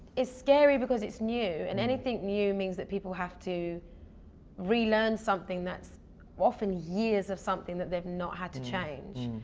scary because it's new. and anything new means that people have to relearn something that's often years of something that they've not had to change.